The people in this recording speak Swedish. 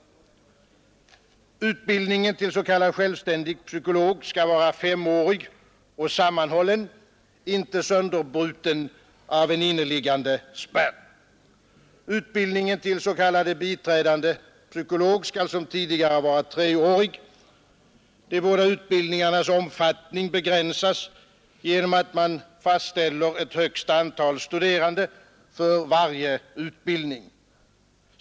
Utbildningen till s.k. självständig psykolog skall vara femårig och sammanhållen, inte sönderbruten av en inneliggande spärr. Utbildningen till s.k. biträdande psykolog skall som tidigare vara treårig. De båda utbildningarnas omfattning begränsas genom att man fastställer ett högsta antal studerande för varje utbildning.